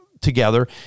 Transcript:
together